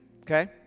Okay